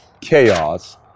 chaos